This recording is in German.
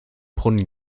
brunnen